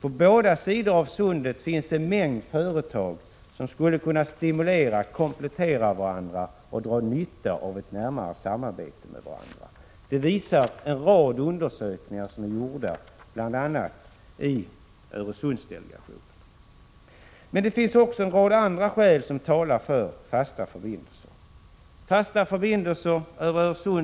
På bägge sidor av Sundet finns en mängd företag som skulle kunna stimulera och komplettera varandra och dra nytta av ett närmare samarbete med varandra. Det visar en rad undersökningar som är gjorda bl.a. av Öresundsdelegationen. Men det finns också en rad andra skäl som talar för fasta förbindelser över Öresund.